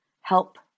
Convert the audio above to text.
Help